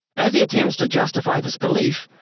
as he attempts to justify this belief,